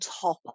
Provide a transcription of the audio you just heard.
top